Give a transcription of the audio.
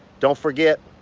don't forget